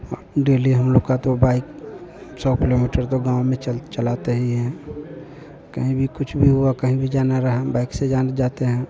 हाँ डेली हम लोग का तो बाइक सौ किलोमीटर तो गाँव में चल चलाते ही हैं कहीं भी कुछ भी हुआ कहीं भी जाना रहा बाइक से जान जाते हैं